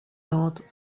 out